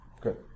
Good